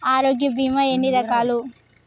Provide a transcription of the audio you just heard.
ఆరోగ్య బీమా ఎన్ని రకాలు?